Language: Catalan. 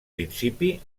principi